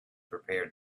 prepared